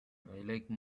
like